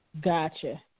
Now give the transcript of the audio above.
gotcha